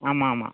ஆமாம் ஆமாம்